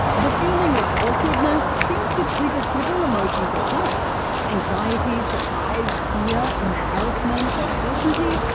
the feeling of awkwardness seems to trigger several emotions at once anxiety, surprise, fear, embarrassment, uncertainty.